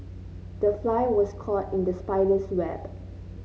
the fly was caught in the spider's web